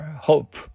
hope